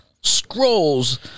scrolls